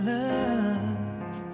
love